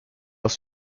aus